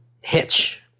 hitch